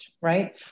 right